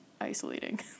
isolating